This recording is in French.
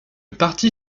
parti